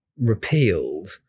repealed